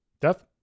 Death